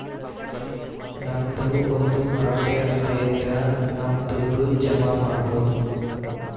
ನಮ್ದು ಒಂದು ಖಾತೆ ಅಂತ ಇದ್ರ ನಮ್ ದುಡ್ಡು ಜಮ ಮಾಡ್ಬೋದು